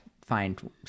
find